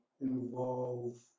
involve